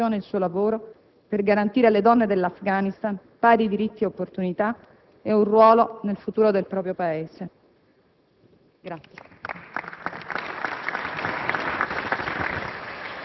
che svolgeva, con impegno e passione, il suo lavoro per garantire alle donne dell'Afghanistan pari diritti e opportunità ed un ruolo nel futuro del proprio Paese.